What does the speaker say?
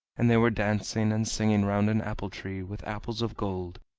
and they were dancing and singing round an apple tree with apples of gold,